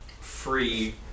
free